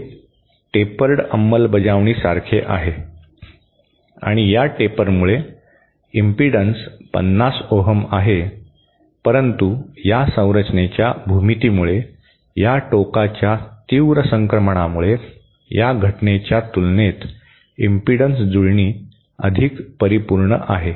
हे टेपर्ड अंमलबजावणीसारखे आहे आणि या टेपरमुळे इम्पिडन्स 50 ओहम आहे परंतु या संरचनेच्या भूमितीमुळे या टोकाच्या तीव्र संक्रमणामुळे या घटनेच्या तुलनेत इम्पिडन्स जुळणी अधिक परिपूर्ण आहे